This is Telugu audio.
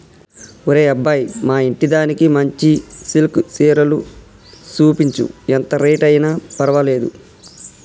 ఒరే అబ్బాయి మా ఇంటిదానికి మంచి సిల్కె సీరలు సూపించు, ఎంత రేట్ అయిన పర్వాలేదు